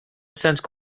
sense